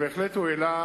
הוא בהחלט העלה